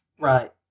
Right